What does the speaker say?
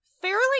fairly